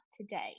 today